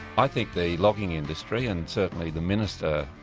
i think the logging industry and certainly the minister,